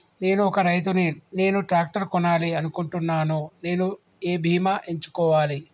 నేను ఒక రైతు ని నేను ట్రాక్టర్ కొనాలి అనుకుంటున్నాను నేను ఏ బీమా ఎంచుకోవాలి?